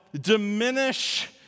diminish